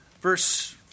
verse